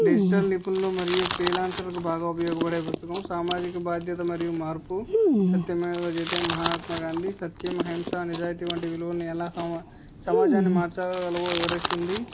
digital నిపుణులు మరియు ఫ్రీలాన్సర్కి బాగా ఉపయోగపడే పుస్తకం సామాజిక బాధ్యత మరియు మార్పు సత్యమేవ జయతే మహాత్మా గాంధీ సత్యం అహింసా నిజాయితీ వంటి విలువలని ఎలా సమా సమాజాన్ని మార్చగలవో వివరిస్తుంది